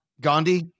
Gandhi